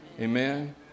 Amen